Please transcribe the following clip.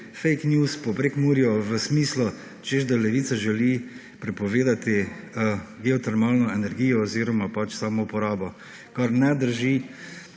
»fake news« po Prekmurju, v smislu, čez, da Levica želi prepovedati geotermalno energijo oziroma pač samo uporabo, kar ne drži.